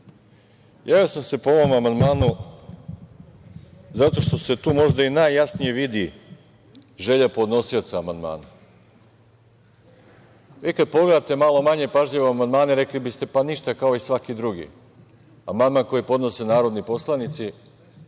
javio sam se po ovom amandmanu zato što se tu možda i najjasnije vidi želja podnosioca amandmana. Vi kad pogledate malo manje pažljivo amandmane rekli bi ste – ništa, kao i svaki drugi amandman koji podnose narodni poslanici.